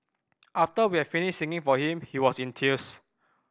after we had finished singing for him he was in tears